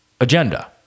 agenda